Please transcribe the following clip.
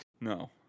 No